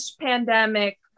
pandemic